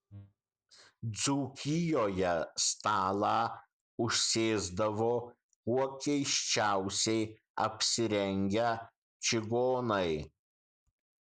dzūkijoje stalą užsėsdavo kuo keisčiausiai apsirengę čigonai